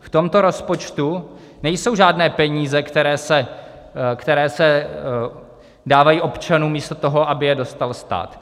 V tomto rozpočtu nejsou žádné peníze, které se dávají občanům místo toho, aby je dostal stát.